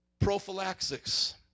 prophylaxis